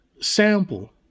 sample